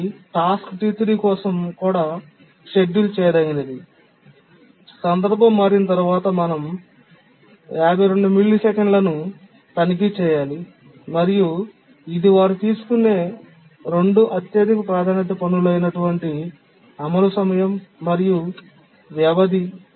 ఇది task T3 కోసం కూడా షెడ్యూల్ చేయదగినది సందర్భం మారిన తర్వాత మనం దాని 52 మిల్లీసెకన్లను తనిఖీ చేయాలి మరియు ఇది వారు తీసుకునే రెండు అధిక ప్రాధాన్యత పనులు అయినటువంటి అమలు సమయం మరియు వ్యవధి